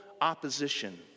opposition